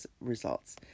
results